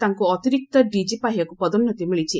ତାଙ୍କୁ ଅତିରିକ୍ତ ଡିଜି ପାହ୍ୟାକୁ ପଦୋନ୍ପତି ମିଳିଛି